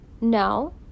No